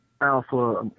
Alpha